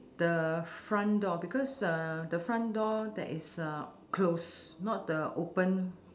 the front door because uh the front door that is uh close not the open